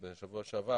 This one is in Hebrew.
וגם בהובלתך ובראשותך,